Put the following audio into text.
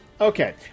Okay